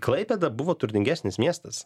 klaipėda buvo turtingesnis miestas